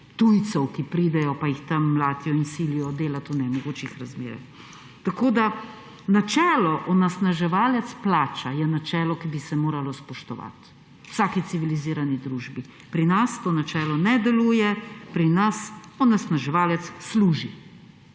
tujcev, ki pridejo, pa jih tam mlatijo in silijo delati v nemogočih razmerah. Tako da načelo onesnaževalca plača je načelo, ki bi se moralo spoštovati v vsaki civilizirani družbi. Pri nas to načelo ne deluje, pri nas onesnaževalec služi.